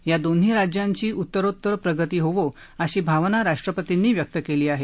या दोन्ही राज्यांची उत्तरोतर प्रगती होवो अशी भावना राष्ट्रपतींनी व्यक्त केली आहे